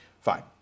Fine